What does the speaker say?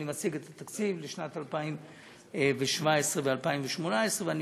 אני מציג את התקציב לשנים 2017 ו-2018 ואני